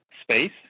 space